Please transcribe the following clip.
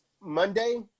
Monday